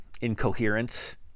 incoherence